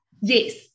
yes